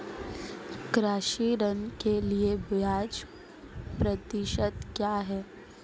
कृषि ऋण के लिए ब्याज प्रतिशत क्या है?